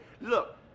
Look